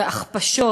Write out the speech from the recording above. הכפשות